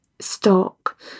stock